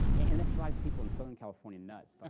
and that drives people in southern california nuts, by